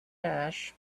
ash